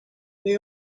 they